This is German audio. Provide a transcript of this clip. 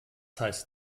heißt